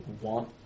want